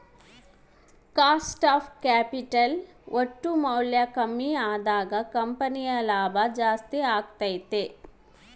cost of capital ಒಟ್ಟು ಮೌಲ್ಯ ಕಮ್ಮಿ ಅದಾಗ ಕಂಪನಿಯ ಲಾಭ ಜಾಸ್ತಿ ಅಗತ್ಯೆತೆ